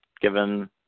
given